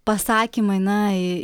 pasakymai na